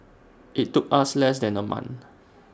IT took us less than A month